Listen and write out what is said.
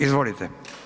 Izvolite.